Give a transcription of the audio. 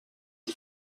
die